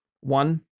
One